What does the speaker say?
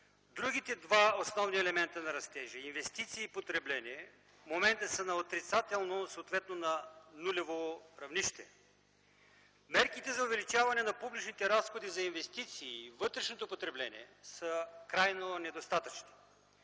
Другите два основни елементи на растежа – инвестиции и потребление, в момента са на отрицателно, съответно на нулево равнище. Мерките за увеличаване на публичните разходи за инвестиции и вътрешното потребление са крайно недостатъчни.